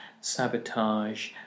sabotage